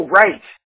right